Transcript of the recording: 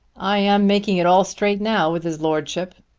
i am making it all straight now with his lordship.